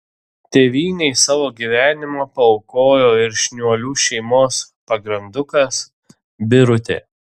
tėvynei savo gyvenimą paaukojo ir šniuolių šeimos pagrandukas birutė